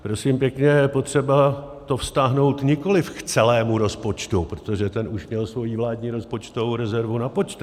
Prosím pěkně, je potřeba to vztáhnout nikoliv k celému rozpočtu, protože ten už měl svoji vládní rozpočtovou rezervu napočtenou.